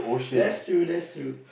that's true that's true